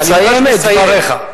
תסיים את דבריך.